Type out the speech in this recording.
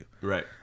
Right